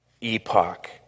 epoch